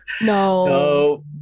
no